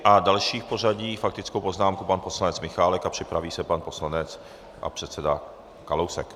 A další v pořadí s faktickou poznámkou pan poslanec Michálek a připraví se pan poslanec a předseda Kalousek.